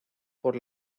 por